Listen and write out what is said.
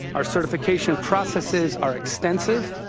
our certification processes are extensive,